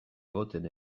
egoten